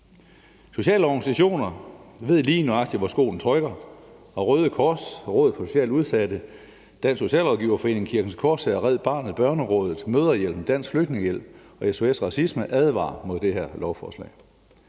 Sociale organisationer ved lige nøjagtig, hvor skoen trykker, og Røde Kors, Rådet for Socialt Udsatte, Dansk Socialrådgiverforening, Kirkens Korshær, Red Barnet, Børnerådet, Mødrehjælpen, Dansk Flygtningehjælp og SOS Racisme advarer mod det her lovforslag.